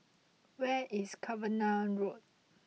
where is Cavenagh Road